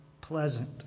pleasant